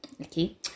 Okay